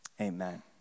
amen